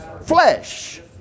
flesh